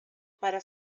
para